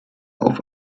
auf